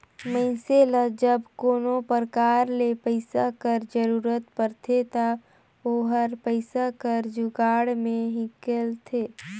मइनसे ल जब कोनो परकार ले पइसा कर जरूरत परथे ता ओहर पइसा कर जुगाड़ में हिंकलथे